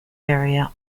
area